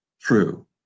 true